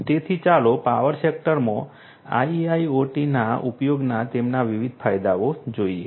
તેથી ચાલો પાવર સેક્ટરમાં IIoT ના ઉપયોગના તેમના વિવિધ ફાયદાઓ જોઈએ